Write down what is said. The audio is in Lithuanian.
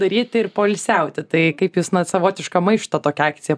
daryti ir poilsiauti tai kaip jūs na savotišką maišto tokią akciją